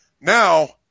Now